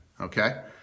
okay